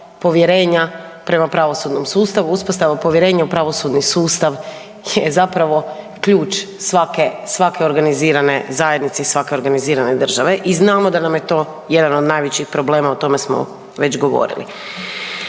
povjerenja prema pravosudnom sustavu, uspostavu povjerenja u pravosudni sustav je zapravo ključ svake organizirane zajednice i svake organizirane države. I znamo da nam je to jedan od najvećih problema, o tome smo već govorili.